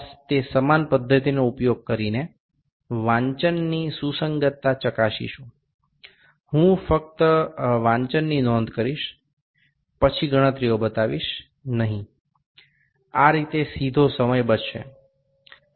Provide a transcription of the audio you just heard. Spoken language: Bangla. তাই একই পদ্ধতি ব্যবহার করে এই ব্যাসের পঠটি যেখানে মিলে যাচ্ছে সেটি আমি কেবল লিখে নেব তারপর গণনাগুলি না দেখিয়ে সরাসরি এভাবে সময় সাশ্রয় করব